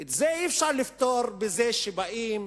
ואת זה אי-אפשר לפתור בזה שבאים